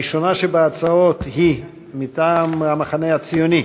הראשונה בהצעות היא מטעם המחנה הציוני: